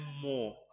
more